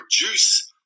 produce